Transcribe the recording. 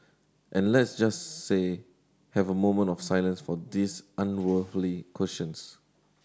and let's just see have a moment of silence for these unworldly questions